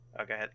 okay